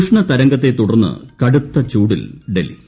ഉഷ്ണ തരംഗത്തെ തുടർന്ന് കടുത്ത ചൂടിൽ ഡൽഹി